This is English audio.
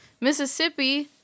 Mississippi